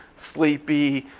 sleepy.